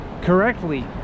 correctly